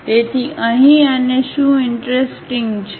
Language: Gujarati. તેથી અહીં અને શું ઈંટરસ્ટિંગ છે